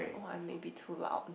!wah! I maybe too loud